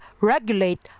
regulate